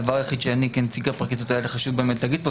הדבר היחיד שאני כנציג הפרקליטות היה לי חשוב באמת לומר כאן,